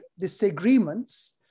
disagreements